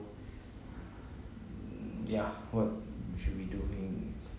ya what you should we do in